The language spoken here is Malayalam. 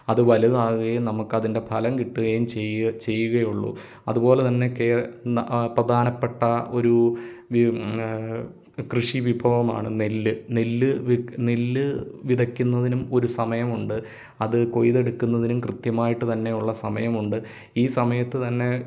അത് വലുതാവുകയും നമുക്ക് അതിൻ്റെ ഫലം കിട്ടുകയും ചെയ് ചെയ്യുകയുള്ളൂ അതുപോലെ തന്നെ കയറുന്ന ആ പ്രധാനപ്പെട്ട ഒരു കൃഷി വിഭവം ആണ് നെല്ല് നെല്ല് വിതയ്ക്കു നെല്ല് വിതയ്ക്കുന്നതിനും ഒരു സമയമുണ്ട് അത് കൊയ്തെടുക്കുന്നതിനും കൃത്യമായിട്ട് തന്നെയുള്ള സമയമുണ്ട് ഈ സമയത്ത് തന്നെ